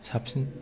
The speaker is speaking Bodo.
साबसिन